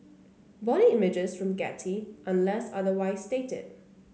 body images from Getty unless otherwise stated